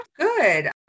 good